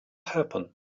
happen